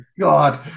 god